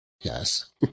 yes